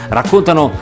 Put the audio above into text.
raccontano